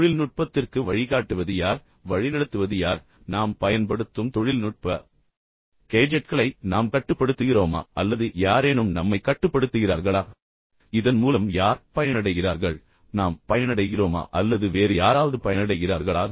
தொழில்நுட்பத்திற்கு வழிகாட்டுவது யார் தொழில்நுட்பத்திற்கு நம்மை வழிநடத்துவது யார் நாம் பயன்படுத்தும் தொழில்நுட்ப கேஜெட்களை நாம் உண்மையில் கட்டுப்படுத்துகிறோமா அல்லது யாரேனும் நம்மை கட்டுப்படுத்துகிறார்களா இதன் மூலம் யார் பயனடைகிறார்கள் நாம் உண்மையில் பயனடைகிறோமா அல்லது வேறு யாராவது பயனடைகிறார்களா